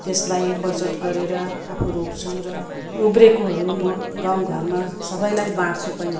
त्यसलाई बचावट गरेर आफू रोप्छु र उब्रेकोहरू म गाउँघरमा सबैलाई बाँड्छु पनि